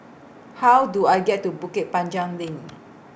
How Do I get to Bukit Panjang LINK